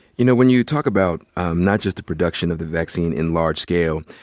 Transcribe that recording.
you know, when you talk about not just the production of the vaccine in large scale,